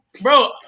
bro